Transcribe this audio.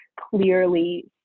clearly